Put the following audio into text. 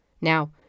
Now